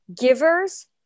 givers